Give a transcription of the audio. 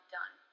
done